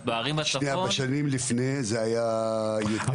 בערים הצפון --- בשנים לפני זה היה יותר או פחות?